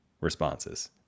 responses